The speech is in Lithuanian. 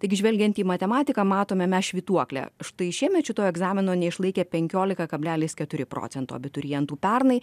taigi žvelgiant į matematiką matome mes švytuoklę štai šiemet šito egzamino neišlaikė penkiolika kablelis keturi procento abiturientų pernai